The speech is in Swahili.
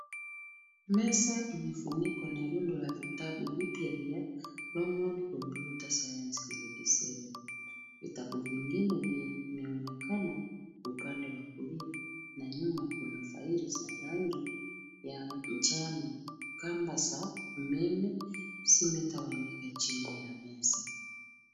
Meza imefunikwa na rundo la vitabu mpya vya Longhorn computer science grade seven . Vitabu vingine vimeonekana upande wa kulia na nyuma kuna faili za rangi ya njano. Kamba za umeme zimetawanyika chini ya meza.